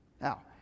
Now